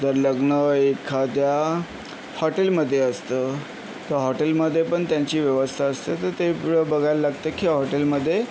जर लग्न एखाद्या हॉटेलमध्ये असतं तर हॉटेलमध्ये पण त्यांची व्यवस्था असते तर ते बघायला लागतं की हॉटेलमध्ये